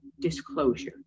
disclosure